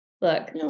Look